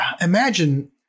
Imagine